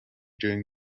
during